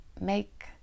make